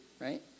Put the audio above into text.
right